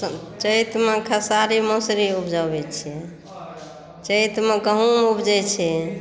चैतमे खेसारी मसुरी उपजबै छी चैतमे गहूॅंम उपजै छै